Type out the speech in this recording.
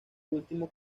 último